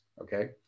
okay